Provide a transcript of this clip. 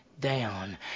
down